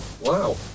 wow